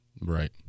Right